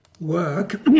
work